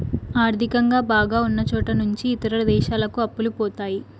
ఆర్థికంగా బాగా ఉన్నచోట నుంచి ఇతర దేశాలకు అప్పులు పోతాయి